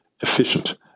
efficient